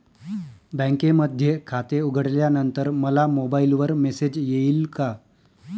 बँकेमध्ये खाते उघडल्यानंतर मला मोबाईलवर मेसेज येईल का?